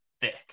thick